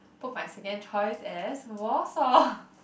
put my second choice as Warsaw